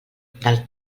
del